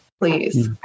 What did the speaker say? please